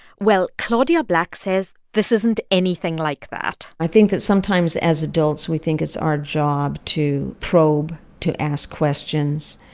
well, claudia black says this isn't anything like that i think that sometimes, as adults, we think it's our job to probe, to ask questions.